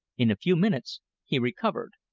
in a few minutes he recovered,